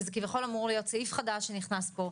כי זה כביכול אמור להיות סעיף חדש שנכנס פה,